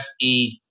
fe